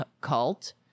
cult